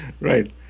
Right